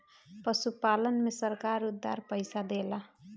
पशुपालन में सरकार उधार पइसा देला?